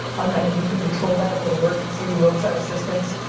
and and then you can control that and put emergency roadside assistance.